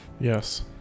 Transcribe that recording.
Yes